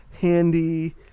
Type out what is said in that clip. Handy